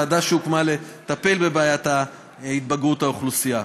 ועדה שהוקמה לטפל בבעיית התבגרות האוכלוסייה,